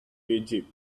egypt